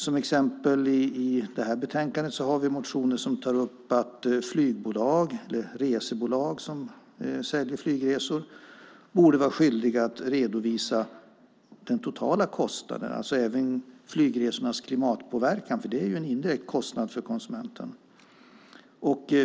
Som exempel i betänkandet har vi motioner där vi tar upp att flygbolag eller resebolag som säljer flygresor borde vara skyldiga att redovisa den totala kostnaden, alltså även flygresornas klimatpåverkan. Det är ju en indirekt kostnad för konsumenten.